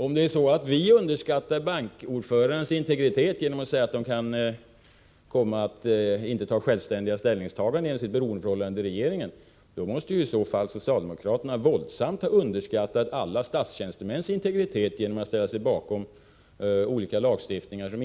Om vi underskattar bankordförandenas integritet genom att säga att de kan komma att inte göra självständiga ställningstaganden på grund av sitt beroendeförhållande till regeringen, måste socialdemokraterna i så fall våldsamt ha underskattat alla statstjänstemäns integritet, genom att de har ställt sig bakom olika lagstiftningar som